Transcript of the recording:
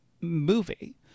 movie